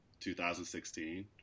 2016